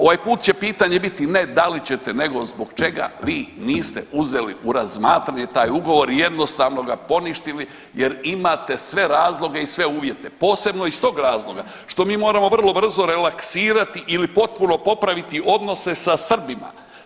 Ovaj put će pitanje biti ne da li ćete, nego zbog čega vi niste uzeli u razmatranje taj ugovor i jednostavno ga poništili jer imate sve razloge i sve uvjete posebno iz tog razloga što mi moramo vrlo brzo relaksirati ili potpuno popraviti odnose sa Srbima.